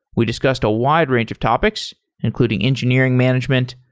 we discussed a wide range of topics, including engineering management,